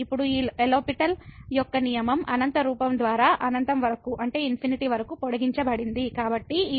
ఇప్పుడు ఈ L'Hopital యొక్క నియమం అనంత రూపం ద్వారా అనంతం వరకు పొడిగించబడింది